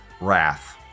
wrath